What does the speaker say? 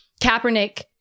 Kaepernick